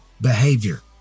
behavior